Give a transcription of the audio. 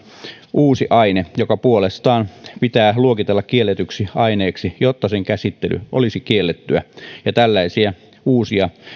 uusi aine joka puolestaan pitää luokitella kielletyksi aineeksi jotta sen käsittely olisi kiellettyä ja tällaisia uusia